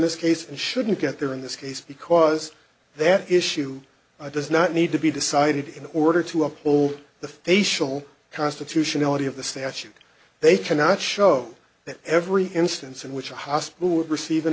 this case and shouldn't get there in this case because their issue does not need to be decided in order to uphold the facial constitutionality of the statute they cannot show that every instance in which a hospital would receive an